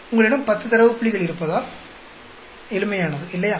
உங்களிடம் 10 தரவு புள்ளிகள் இருப்பதால் எளிமையானது இல்லையா